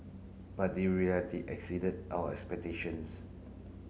but the reality exceeded our expectations